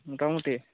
ᱢᱚᱴᱟ ᱢᱩᱴᱤ